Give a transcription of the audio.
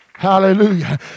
Hallelujah